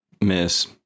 miss